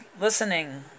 listening